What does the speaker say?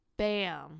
Bam